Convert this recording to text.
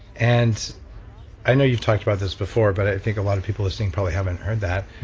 and i know you've talked about this before but i think a lot of people listening probably haven't heard that.